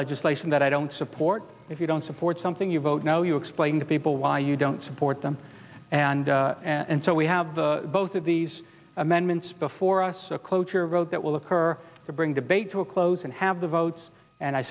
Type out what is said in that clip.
legislation that i don't support if you don't support something you vote now you explain to people why you don't support them and and so we have the both of these amendments before us a cloture vote that will occur to bring debate to a close and have the votes and i